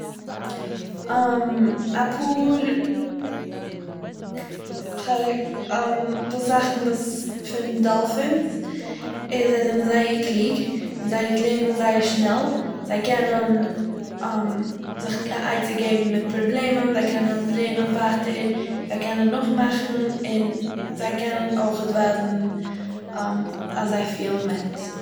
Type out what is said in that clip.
אפאהר pause כ-זאכן וואס פון דאלפין איז זיי זענען זייער קליג זיי לערנען זייער שנעל זיי קענען זיך אן עצה געבן מיט פראבלעמען זיי קענען לערנען ווייטער זיי קענען נאכמאכן און זיי קענען אויכעט ווייזן אז זיי פילט מיט.